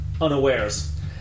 unawares